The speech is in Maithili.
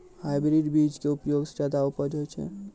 हाइब्रिड बीज के उपयोग सॅ ज्यादा उपज होय छै